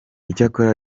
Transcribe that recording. icyakora